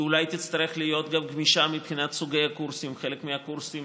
היא אולי תצטרך להיות גם גמישה מבחינת סוגי הקורסים: בחלק מהקורסים,